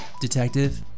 detective